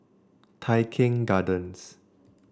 Tai Keng Gardens